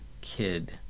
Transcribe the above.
kid